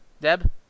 Deb